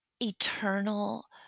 eternal